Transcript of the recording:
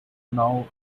now